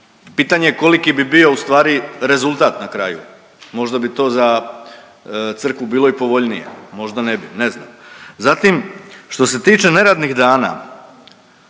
Pitanje je koliki bi bio ustvari rezultat na kraju? Možda bi to za crkvu bilo i povoljnije, možda ne bi, ne znam. Zatim što se tiče neradnih dana.